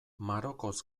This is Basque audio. marokoz